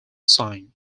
sign